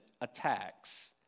attacks